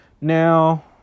Now